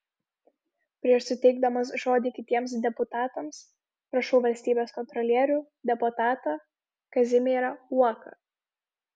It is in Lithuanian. prieš suteikdamas žodį kitiems deputatams prašau valstybės kontrolierių deputatą kazimierą uoką